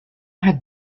had